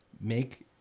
make